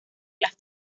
las